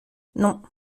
non